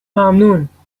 ممنونشماها